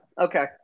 Okay